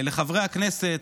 לחברי הכנסת,